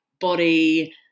body